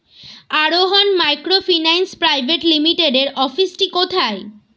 আরোহন microfinance private লিমিটেডের অফিসটি কোথায়?